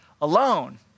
alone